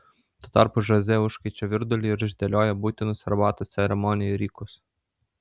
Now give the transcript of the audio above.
tuo tarpu žoze užkaičia virdulį ir išdėlioja būtinus arbatos ceremonijai rykus